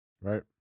Right